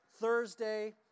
Thursday